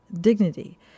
dignity